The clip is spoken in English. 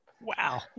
Wow